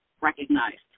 recognized